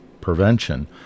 prevention